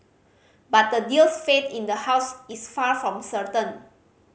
but the deal's fate in the House is far from certain